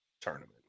tournament